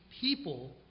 people